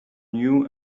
new